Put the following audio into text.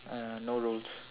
uh no rules